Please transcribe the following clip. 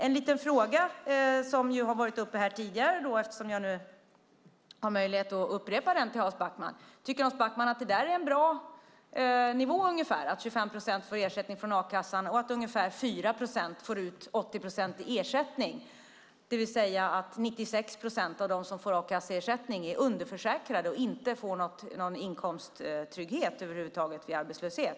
En liten fråga som varit uppe här tidigare har jag nu möjlighet att upprepa: Tycker Hans Backman att det är en bra nivå att 25 procent får ersättning från a-kassan och att ungefär 4 procent får ut 80 procent i ersättning? 96 procent av dem som får a-kasseersättning är underförsäkrade och får inte någon inkomsttrygghet över huvud taget vid arbetslöshet.